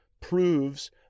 proves